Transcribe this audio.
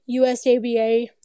USABA